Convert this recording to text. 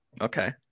Okay